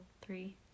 Three